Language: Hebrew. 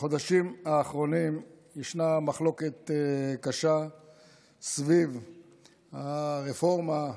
בחודשים האחרונים ישנה מחלוקת קשה סביב הרפורמה,